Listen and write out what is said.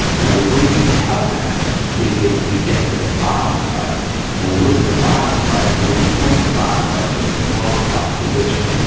now, the way we tell that is if we get to the bottom cut and we look at the bottom cut and we point the bottom cut to the twelve o'clock position.